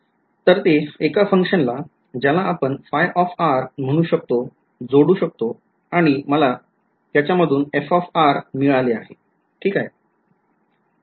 तर ते एका function ला ज्याला आपण म्हणू शकतो जोडू शकतो आणि मला त्याच्या मधून f मिळाले ठीक आहे